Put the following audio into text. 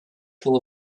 full